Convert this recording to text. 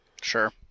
Sure